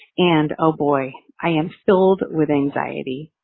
and oh, boy, i am filled with anxiety.